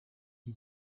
iki